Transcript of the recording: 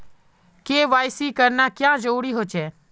KYC करना क्याँ जरुरी होचे?